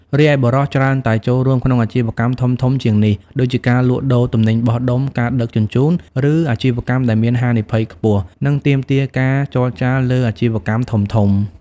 រីឯបុរសច្រើនតែចូលរួមក្នុងអាជីវកម្មធំៗជាងនេះ ដូចជាការលក់ដូរទំនិញបោះដុំ ការដឹកជញ្ជូន ឬអាជីវកម្មដែលមានហានិភ័យខ្ពស់ និងទាមទារការចរចាលើអាជីវកម្មធំៗ។